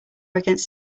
against